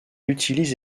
utilise